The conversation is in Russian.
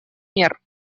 мер